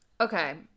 Okay